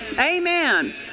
Amen